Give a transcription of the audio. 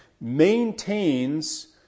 maintains